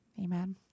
Amen